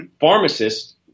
pharmacists